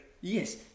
Yes